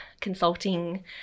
consulting